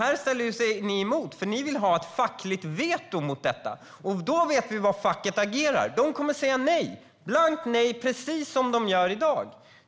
Ni ställer er ju emot detta, för ni vill ha ett fackligt veto mot det. Då vet vi hur facket agerar - de kommer att säga nej, blankt nej, precis som de gör i dag.